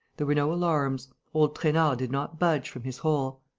there were no alarms. old trainard did not budge from his hole.